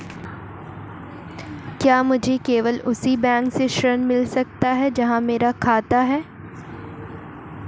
क्या मुझे केवल उसी बैंक से ऋण मिल सकता है जहां मेरा खाता है?